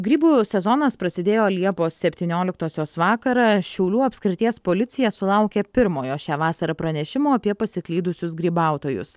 grybų sezonas prasidėjo liepos septynioliktosios vakarą šiaulių apskrities policija sulaukė pirmojo šią vasarą pranešimo apie pasiklydusius grybautojus